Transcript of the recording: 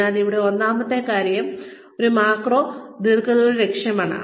അതിനാൽ ഇവിടെ ഒന്നാമത്തെ കാര്യം ഒരു മാക്രോ ദീർഘദൂര ലക്ഷ്യമാണ്